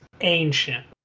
ancient